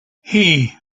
hey